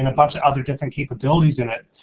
and a bunch of other different capabilities in it.